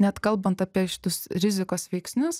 net kalbant apie šitus rizikos veiksnius